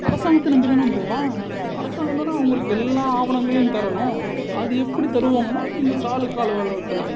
அரசாங்கத்தை நம்பிதானே போவான் அரசாங்கந்தான் அவங்களுக்கு எல்லா ஆவணங்களையும் தரணும் அது எப்படி தருவாங்கனா இந்த தாலுக்கா அலுவலகத்தில்